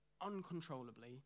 uncontrollably